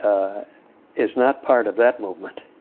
is not part of that movement.